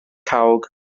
cawg